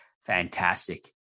fantastic